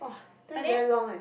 that's very long eh